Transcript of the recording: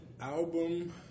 album